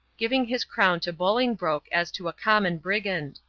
giving his crown to bolingbroke as to a common brigand.